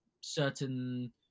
certain